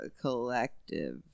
collective